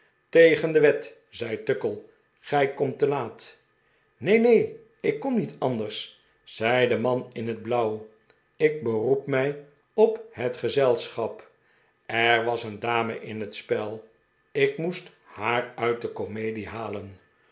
tegen de wet zei tuckle gij komt te laat neen neen ik kon niet anders zei de man in het blauw ik beroep mij op het gezelschap er was een dame in het spel ik moest haar uit de comedie halen